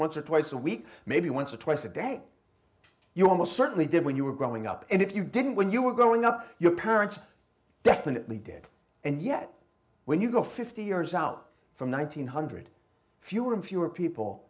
once or twice a week maybe once or twice a day you almost certainly did when you were growing up and if you didn't when you were growing up your parents definitely did and yet when you go fifty years out from one thousand nine hundred fewer and fewer people